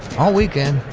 all weekend,